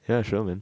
ya sure man